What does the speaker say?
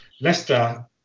Leicester